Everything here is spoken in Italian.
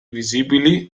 visibili